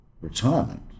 retirement